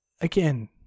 Again